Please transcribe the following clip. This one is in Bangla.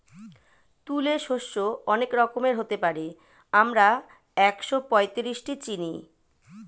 তুলে শস্য অনেক রকমের হতে পারে, আমরা একশোপঁয়ত্রিশটি চিনি